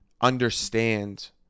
understand